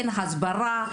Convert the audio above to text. אין הסברה,